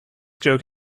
joke